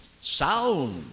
Sound